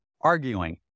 arguing